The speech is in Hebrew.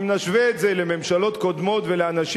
אם נשווה את זה לממשלות קודמות ולאנשים